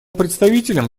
представителям